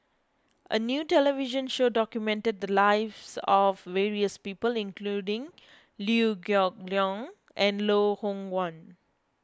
a new television show documented the lives of various people including Liew Geok Leong and Loh Hoong Kwan